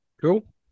Cool